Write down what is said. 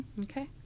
Okay